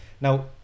Now